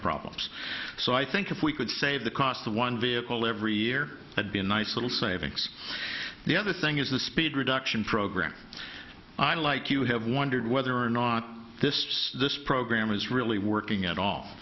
problems so i think if we could save the cost of one vehicle every year had been nice little savings the other thing is the speed reduction program i like you have wondered whether or not this this program is really working at all